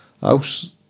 house